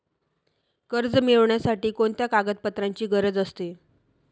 कर्ज मिळविण्यासाठी कोणत्या कागदपत्रांची गरज असते?